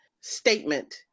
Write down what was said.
statement